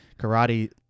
karate